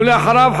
ואחריו,